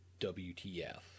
WTF